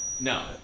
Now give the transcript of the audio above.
No